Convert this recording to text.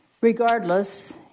Regardless